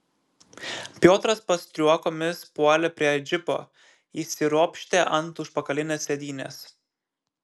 piotras pastriuokomis puolė prie džipo įsiropštė ant užpakalinės sėdynės